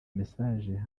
message